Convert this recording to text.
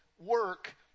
work